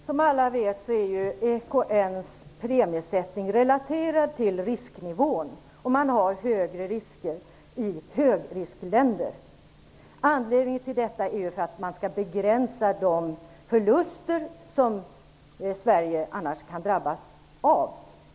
Herr talman! Som alla vet är EKN:s premiesättning relaterad till risknivån. Premierna är högre när det gäller högriskländer. Anledningen till detta är att man vill begränsa de förluster som Sverige annars kan drabbas av.